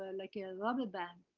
ah like a rubber band,